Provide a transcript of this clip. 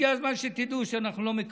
הגיע הזמן שתדעו שאנחנו לא מקבלים.